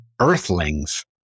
earthlings